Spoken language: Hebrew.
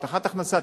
הבטחת הכנסה,